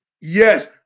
Yes